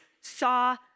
saw